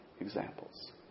examples